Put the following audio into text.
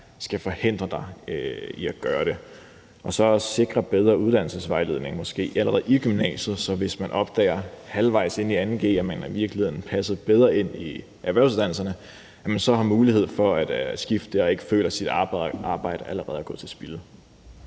skal forhindre dig i at gøre det. Vi skal måske også sikre bedre uddannelsesvejledning allerede i gymnasiet, sådan at man, hvis man opdager halvvejs inde i 2. g, at man i virkeligheden passede bedre ind i erhvervsuddannelserne, så har mulighed for at skifte og ikke føler, at ens arbejde allerede er gået til spilde.